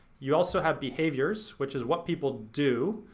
you also have behaviors which is what people do.